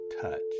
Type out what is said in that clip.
touch